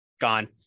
gone